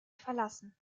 verlassen